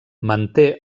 manté